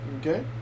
Okay